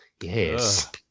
Yes